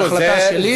זאת החלטה שלי.